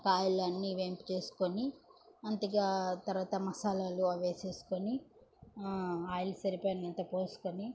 ఒక ఆయిల్లో అన్నీ వేంపు చేసుకొని అంతగా తర్వాత మసాలాలు అవి వేసేసుకొని ఆయిల్ సరిపడినంత పోసుకొని